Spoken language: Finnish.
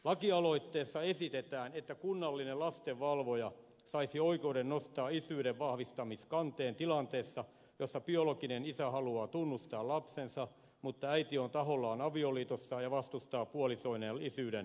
lakialoitteessa esitetään että kunnallinen lastenvalvoja saisi oikeuden nostaa isyyden vahvistamiskanteen tilanteessa jossa biologinen isä haluaa tunnustaa lapsensa mutta äiti on tahollaan avioliitossa ja vastustaa puolisoineen isyyden selvittämistä